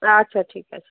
আচ্ছা ঠিক আছে